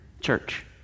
church